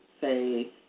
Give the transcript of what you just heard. say